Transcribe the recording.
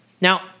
Now